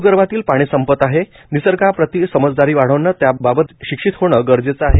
भूगर्भातील पाणी संपत आहे निसर्गाप्रती समजदारी वाढवणे त्याबाबत शिक्षित होण्याची गरज आहे